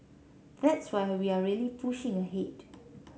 that's why we are really pushing ahead